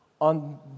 on